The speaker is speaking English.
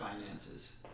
finances